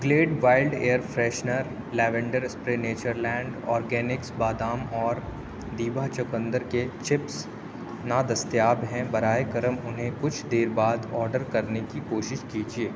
Glade wild air freshener lavender spray Nature Land Organics بادام اور دیبھا چقندر کے چپس نادستیاب ہیں براہِ کرم انہیں کچھ دیر بعد آرڈر کرنے کی کوشش کیجیے